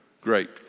Great